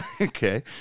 Okay